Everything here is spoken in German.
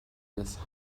des